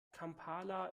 kampala